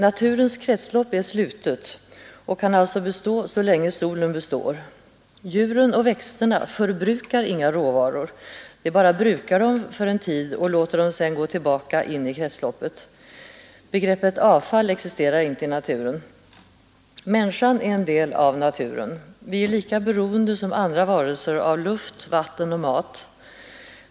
Naturens kretslopp är slutet och kan bestå så länge solen består. Djuren och växterna förbrukar inga råvaror, de bara brukar dem för en tid och låter dem sedan gå tillbaka in i kretsloppet. Begreppet avfall existerar inte i naturen. Människan är en del av naturen. Vi är lika beroende som andra varelser av luft, vatten och mat.